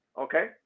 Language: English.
okay